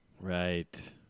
Right